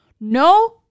no